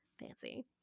Fancy